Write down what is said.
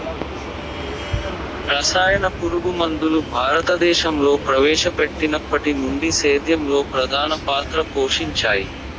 రసాయన పురుగుమందులు భారతదేశంలో ప్రవేశపెట్టినప్పటి నుండి సేద్యంలో ప్రధాన పాత్ర పోషించాయి